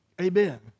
Amen